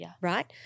right